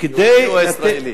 יהודי או ישראלי?